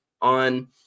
on